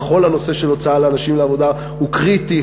וכל הנושא של הוצאת אנשים לעבודה הוא קריטי,